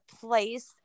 place